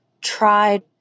tried